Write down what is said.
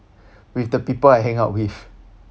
with the people I hang out with